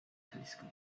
telescope